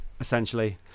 essentially